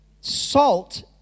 salt